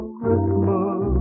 Christmas